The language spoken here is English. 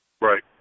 Right